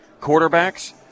quarterbacks